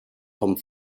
vom